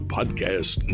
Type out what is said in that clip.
Podcast